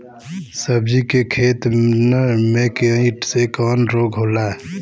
सब्जी के खेतन में कीट से कवन रोग होला?